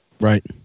Right